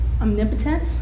omnipotent